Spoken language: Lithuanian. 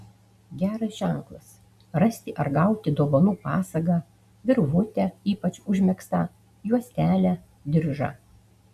geras ženklas rasti ar gauti dovanų pasagą virvutę ypač užmegztą juostelę diržą